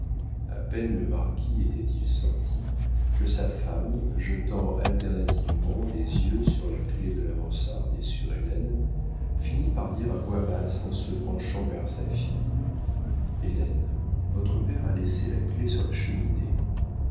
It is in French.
a peine le marquis était-il sorti que sa femme jetant alternativement les yeux sur la clef de la mansarde et sur hélène finit par dire à voix basse en se penchant vers sa fille hélène votre père a laissé la clef sur la cheminée